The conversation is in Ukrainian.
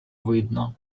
видно